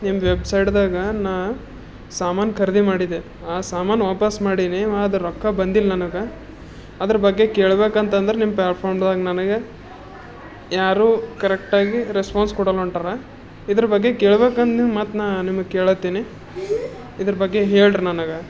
ನಿಮ್ದು ವೆಬ್ಸೈಟ್ದಾಗ ನಾ ಸಾಮಾನು ಖರೀದಿ ಮಾಡಿದೆ ಆ ಸಾಮಾನು ವಾಪಸ್ ಮಾಡೀನಿ ಅದ್ರ ರೊಕ್ಕ ಬಂದಿಲ್ಲ ನನಗೆ ಅದ್ರ ಬಗ್ಗೆ ಕೇಳ್ಬೇಕಂತಂದ್ರ ನಿಮ್ಮ ಪ್ಲಾಟ್ಫಾರ್ಮ್ದಾಗ ನನಗೆ ಯಾರು ಕರೆಟ್ಟಾಗಿ ರೆಸ್ಪಾನ್ಸ್ ಕೊಡಲ್ಲೊಂಟರ ಇದ್ರ ಬಗ್ಗೆ ಕೇಳ್ಬೇಕಂತೀನಿ ಮಾತ್ನ ನಿಮಗೆ ಕೇಳುತ್ತೀನಿ ಇದ್ರ ಬಗ್ಗೆ ಹೇಳ್ರಿ ನನಗೆ